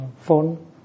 phone